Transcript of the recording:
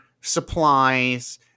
supplies